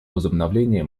возобновления